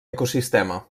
ecosistema